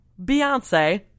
Beyonce